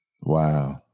Wow